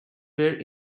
were